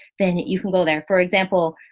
then you can go there. for example,